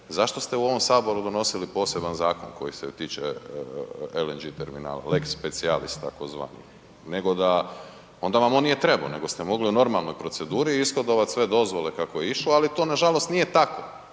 zašto ste u ovom Saboru donosili poseban zakon koji se tiče LNG terminala, lex specialis takozvani nego da, onda vam on nije trebo, nego ste mogli u normalnoj proceduri ishodovat sve dozvole kako je išlo, ali to nažalost nije tako